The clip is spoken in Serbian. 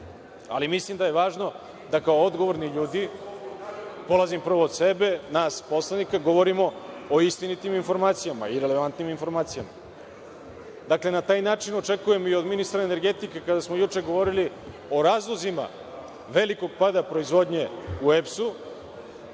ali mislim da je važno da kao odgovorni ljudi, polazim prvo od sebe, nas poslanika, govorimo o istinitim informacijama i relevantnim informacijama. Dakle, na taj način očekujem i od ministra energetike kada smo juče govorili o razlozima velikog pada proizvodnje u EPS,